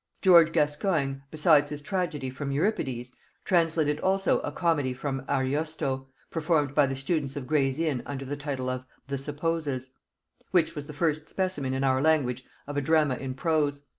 george gascoigne, besides his tragedy from euripides, translated also a comedy from ariosto, performed by the students of gray's inn under the title of the supposes which was the first specimen in our language of a drama in prose.